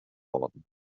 worden